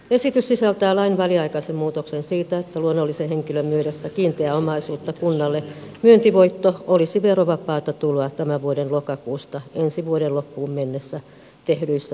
esitys sisältää lain väliaikaisen muutoksen että luonnollisen henkilön myydessä kiinteää omaisuutta kunnalle myyntivoitto olisi verovapaata tuloa tämän vuoden lokakuusta ensi vuoden loppuun mennessä tehdyissä luovutuksissa